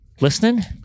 listening